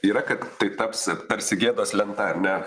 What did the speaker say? yra kad tai taps tarsi gėdos lenta ar ne